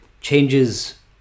changes